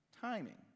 timing